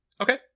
Okay